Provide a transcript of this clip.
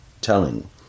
telling